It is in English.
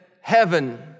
heaven